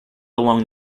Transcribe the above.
along